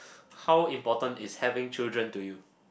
how important is having children to you